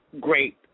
great